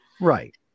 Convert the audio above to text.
Right